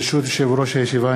ברשות יושב-ראש הישיבה,